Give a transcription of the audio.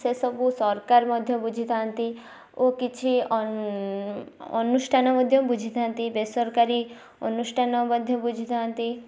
ସେ ସବୁ ସରକାର ମଧ୍ୟ ବୁଝିଥାନ୍ତି ଓ କିଛି ଅନୁଷ୍ଠାନ ମଧ୍ୟ ବୁଝିଥାନ୍ତି ବେସକରାରୀ ଅନୁଷ୍ଠାନ ମଧ୍ୟ ବୁଝିଥାନ୍ତି